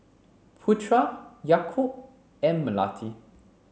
Putra Yaakob and Melati